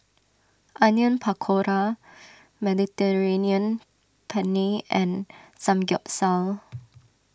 Onion Pakora Mediterranean Penne and Samgyeopsal